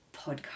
podcast